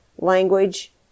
language